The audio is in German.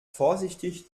vorsichtig